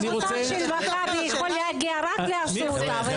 מבוטח של מכבי יכול להגיע רק לאסותא.